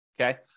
Okay